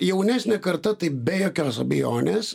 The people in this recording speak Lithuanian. jaunesnė karta tai be jokios abejonės